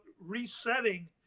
resetting